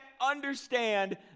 understand